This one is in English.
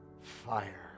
fire